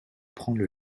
prendre